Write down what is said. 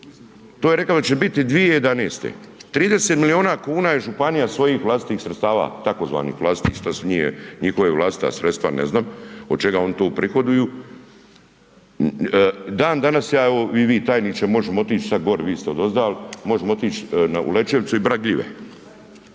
To je rekao da će biti 2011., 30 miliona kuna je županija svojih vlastitih sredstava tzv. vlastitih to su nije njihova vlastita sredstva, ne znam od čega oni to uprihoduju, dan danas ja evo i vi tajniče možemo otići sad gori vi ste odozdal možemo otići u Lećevicu i brat gljive.